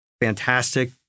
fantastic